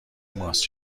ماست